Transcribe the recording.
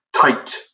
tight